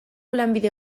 lanbide